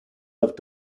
have